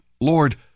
Lord